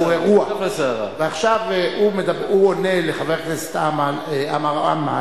ועכשיו הוא עונה לחבר הכנסת עמאר,